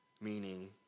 meaning